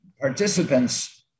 participants